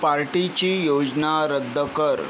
पार्टीची योजना रद्द कर